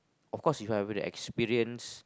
of course if I have this experience